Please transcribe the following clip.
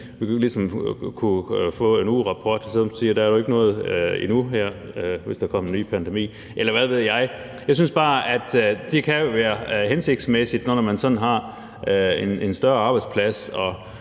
vi kunne få en ugerapport, der kunne sige, at der ikke er noget her endnu, hvis der kom en ny pandemi, eller hvad ved jeg. Jeg synes bare, at det jo kan være hensigtsmæssigt, når der er tale om større arbejdspladser